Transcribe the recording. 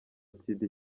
atsinda